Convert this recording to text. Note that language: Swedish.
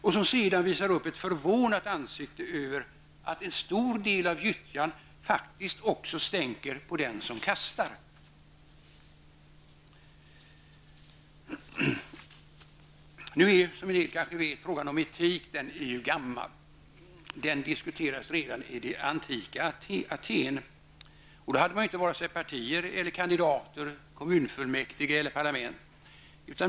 Och som sedan visar upp ett förvånat ansikte över att en stor del av gyttjan faktiskt också stänker på den som kastar.'' Nu är, som en del kanske vet, frågan om etik gammal. Den diskuterades redan i det antika Aten. Då hade man inte vare sig partier eller kandidater, kommunfullmäktige eller parlament.